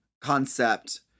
concept